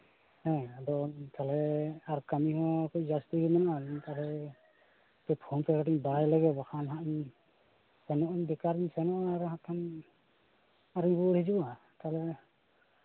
ᱦᱮᱸ ᱟᱫᱚ ᱛᱟᱦᱚᱞᱮ ᱟᱨ ᱠᱟᱹᱢᱤ ᱦᱚᱸ ᱡᱟᱹᱥᱛᱤ ᱜᱮ ᱦᱩᱭᱱᱟ ᱛᱟᱦᱚᱞᱮ ᱯᱷᱳᱱ ᱛᱮ ᱠᱟᱹᱴᱤᱡ ᱵᱟᱲᱟᱭ ᱞᱮᱜᱮ ᱵᱟᱠᱷᱟᱱ ᱥᱮᱱᱚᱜ ᱟᱹᱧ ᱵᱮᱠᱟᱨ ᱤᱧ ᱥᱮᱱᱚᱜᱼᱟ ᱟᱜ ᱠᱷᱟᱱ ᱟᱨᱚᱧ ᱨᱩᱣᱟᱹᱲ ᱦᱤᱡᱩᱜᱼᱟ ᱛᱟᱦᱞᱮ ᱚᱱᱟ